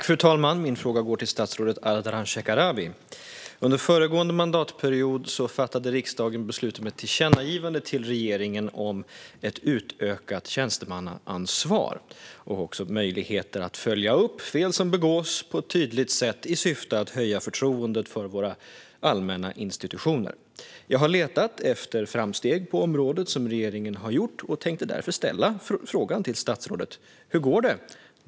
Fru talman! Min fråga går till statsrådet Ardalan Shekarabi. Under föregående mandatperiod fattade riksdagen beslut om ett tillkännagivande till regeringen om ett utökat tjänstemannaansvar och möjligheter att följa upp fel som begås på ett tydligt sätt, i syfte att höja förtroendet för våra allmänna institutioner. Jag har letat efter framsteg på området som regeringen har gjort och tänkte därför ställa frågan till statsrådet: Hur går det?